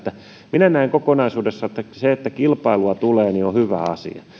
minä näen kokonaisuudessaan että se että kilpailua tulee on hyvä asia